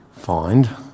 Find